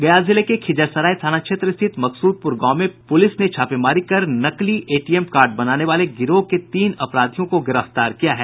गया जिले के खिजरसराय थाना क्षेत्र स्थित मकसूदपुर गांव में पुलिस ने छापेमारी कर नकली एटीएम कार्ड बनाने वाले गिरोह के तीन अपराधियों को गिरफ्तार किया है